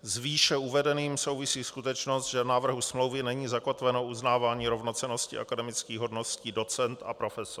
S výše uvedeným souvisí skutečnost, že v návrhu smlouvy není zakotveno uznávání rovnocennosti akademických hodností docent a profesor.